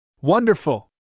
Wonderful